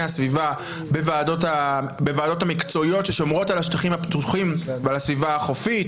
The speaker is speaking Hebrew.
הסביבה בוועדות המקצועיות ששומרות על השטחים הפתוחים ועל הסביבה החופית.